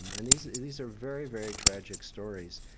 and these these are very, very tragic stories.